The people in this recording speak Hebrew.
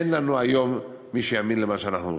אין לנו היום מי שיאמין למה שאנחנו אומרים.